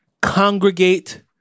congregate